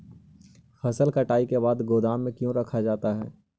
फसल कटाई के बाद गोदाम में क्यों रखा जाता है?